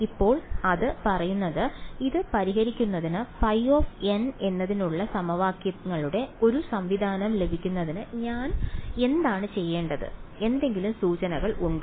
ഇപ്പോൾ അത് പറയുന്നത് ഇത് പരിഹരിക്കുന്നതിന് ϕn എന്നതിനുള്ള സമവാക്യങ്ങളുടെ ഒരു സംവിധാനം ലഭിക്കുന്നതിന് ഞാൻ എന്താണ് ചെയ്യേണ്ടത് എന്തെങ്കിലും സൂചനകൾ ഉണ്ടോ